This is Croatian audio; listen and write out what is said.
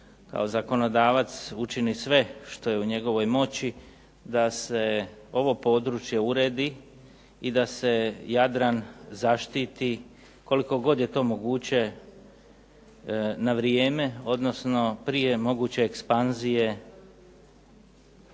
kao zakonodavac učini sve što je u njegovoj moći da se ovo područje uredi i da se Jadran zaštiti koliko god je to moguće na vrijeme, odnosno prije moguće ekspanzije